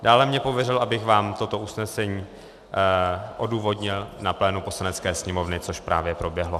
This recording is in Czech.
Dále mě pověřil, abych vám toto usnesení odůvodnil na plénu Poslanecké sněmovny, což právě proběhlo.